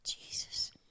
Jesus